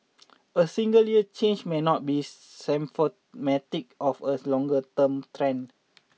a single year's change may not be symptomatic of a longer term trend